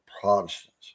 Protestants